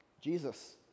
Jesus